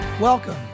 Welcome